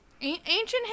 ancient